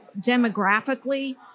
demographically